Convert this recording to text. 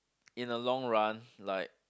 in a long run like